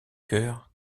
cœur